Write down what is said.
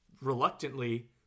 reluctantly